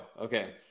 Okay